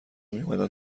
میومدن